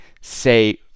say